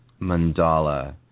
mandala